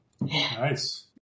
Nice